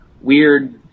Weird